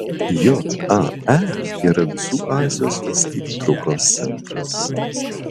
jae yra visų azijos valstybių traukos centras